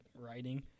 Writing